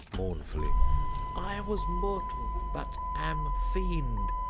mournfully i was mortal, but am fiend.